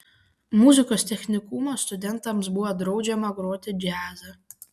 muzikos technikumo studentams buvo draudžiama groti džiazą